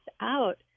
out